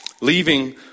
Leaving